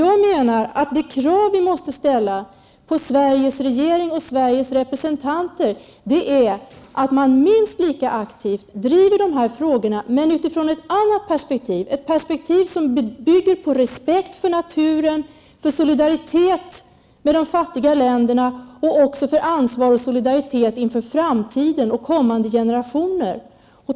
Jag menar att de krav som vi måste ställa på Sveriges regering och Sveriges representanter är att man minst lika aktivt driver de här frågorna och då från en annan utgångspunkt. Det måste bygga på respekt för naturen, solidaritet med de fattiga länderna, liksom ansvar och solidaritet med tanke på framtiden och kommande generationer.